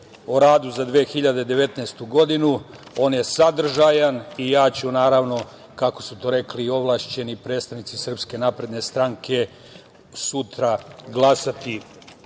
o radu za 2019. godinu, on je sadržajan i ja ću, naravno, kako su to rekli ovlašćeni predstavnici SNS, sutra glasati